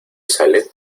sale